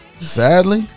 sadly